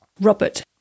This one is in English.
Robert